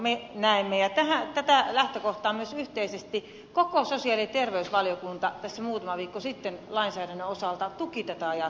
tämä on se lähtökohta jonka me näemme ja koko sosiaali ja terveysvaliokunta yhteisesti muutama viikko sitten lainsäädännön osalta tuki tätä ajattelua